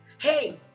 Hey